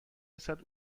رسد